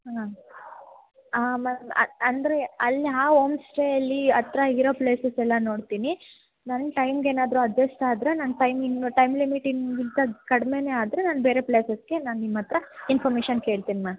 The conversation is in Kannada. ಹಾಂ ಮ್ಯಾಮ್ ಅಂದರೆ ಅಲ್ಲಿ ಆ ಹೋಮ್ಸ್ಟೇಯಲ್ಲಿ ಹತ್ತಿರ ಇರೋ ಪ್ಲೇಸಸ್ ಎಲ್ಲ ನೋಡ್ತೀನಿ ನನ್ನ ಟೈಮಿಗೇನಾದ್ರೂ ಅಡ್ಜಸ್ಟ್ ಆದರೆ ನನ್ನ ಟೈಮಿನ್ನು ಟೈಮ್ ಲಿಮಿಟಿಗಿಂತ ಕಡ್ಮೆ ಆದರೆ ನಾನು ಬೇರೆ ಪ್ಲೇಸಸ್ಸಿಗೆ ನಾನು ನಿಮ್ಮತ್ತಿರ ಇನ್ಫಾರ್ಮೇಷನ್ ಕೇಳ್ತಿನಿ ಮ್ಯಾಮ್